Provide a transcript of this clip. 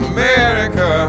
America